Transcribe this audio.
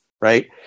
Right